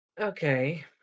Okay